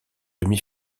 demi